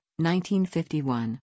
1951